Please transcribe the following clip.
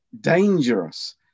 dangerous